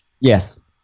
Yes